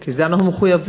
כי זה אנחנו מחויבים,